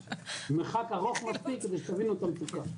המרחק ארוך מספיק, כדי שתבינו על המצוקה.